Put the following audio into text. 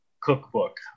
Cookbook